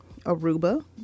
Aruba